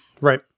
Right